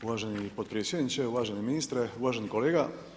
Uvaženi potpredsjedniče, uvaženi ministre, uvaženi kolega.